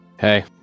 Hey